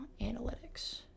Analytics